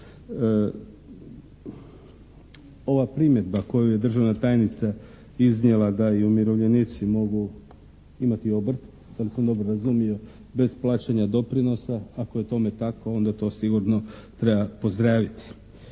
Ova primjedba koju je državna tajnica iznijela da i umirovljenici mogu imati obrt, ako sam dobro razumio bez plaćanja doprinosa ako je tome tako onda to sigurno treba pozdraviti.